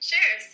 Sure